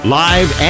live